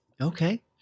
Okay